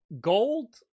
gold